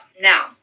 now